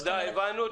תודה, הבנו.